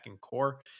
core